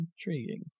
Intriguing